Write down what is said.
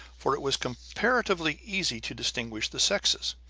for it was comparatively easy to distinguish the sexes.